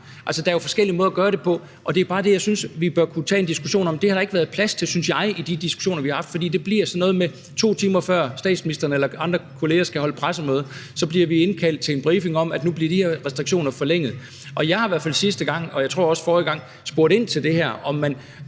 Altså, der er jo forskellige måder at gøre det på, og det er bare det, jeg synes vi bør kunne tage en diskussion om. Det har der ikke været plads til, synes jeg, i de diskussioner, vi har haft, for det bliver sådan noget med, at vi, 2 timer før statsministeren eller andre kolleger skal holde pressemøder, bliver indkaldt til en briefing om, at nu bliver de her restriktioner forlænget. Jeg spurgte i hvert fald sidste gang, og jeg tror også forrige gang, ind til det her. Hvad